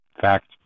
Fact